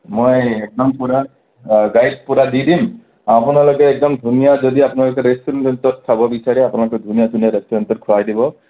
মই একদম পুৰা গাইড পুৰা দি দিম আপোনালোকে একদম ধুনীয়া যদি আপোনালোকে ৰেষ্টুৰেণ্টত খাব বিচাৰে আপোনালোকক ধুনীয়া ধুনীয়া ৰেষ্টুৰেণ্টত খোৱাই দিব